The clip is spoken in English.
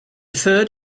third